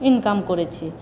income করেছি